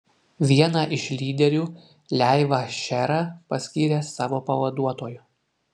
vieną iš lyderių leivą šerą paskyrė savo pavaduotoju